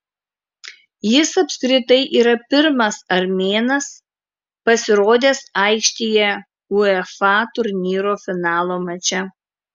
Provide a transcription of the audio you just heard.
jis apskritai yra pirmas armėnas pasirodęs aikštėje uefa turnyro finalo mače